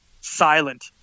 silent